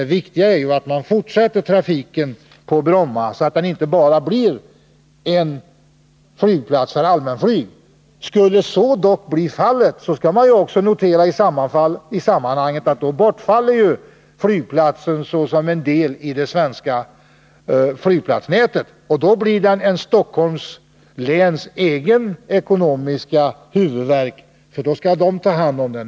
Det viktiga är att man fortsätter trafiken på Bromma, så att Bromma inte bara blir en flygplats för allmänflyg. Skulle dock så bli fallet, skall man notera att flygplatsen då bortfaller såsom en del i det svenska flygplatsnätet. Och då blir det Stockholms läns egen ekonomiska huvudvärk, för det är i så fall där man skall ta hand om Bromma.